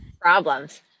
problems